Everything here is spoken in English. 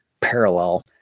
parallel